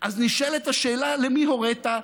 נשאלת השאלה: למי הורית,